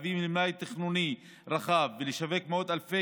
להביא למלאי תכנוני רחב ולשווק מאות אלפי